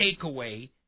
takeaway